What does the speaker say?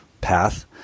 path